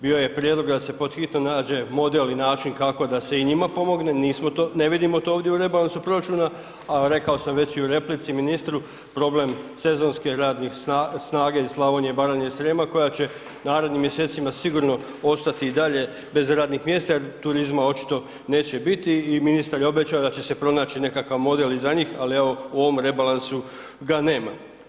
Bio je prijedlog da se pod hitno nađe model i način kako da se i njima pomogne, ne vidimo to ovdje u rebalansu proračuna a rekao sam već i u replici ministru, problem sezonske radne snage iz Slavonije, Baranje i Srijema koja će u narednim mjesecima sigurno ostati i dalje bez radnih mjesta jer turizma očito neće biti i ministar je obećao da će se pronaći nekakav model i za njih ali evo, u ovom rebalansu ga nema.